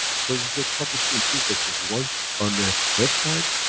so you get published in two places, one on the website,